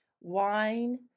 wine